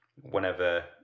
whenever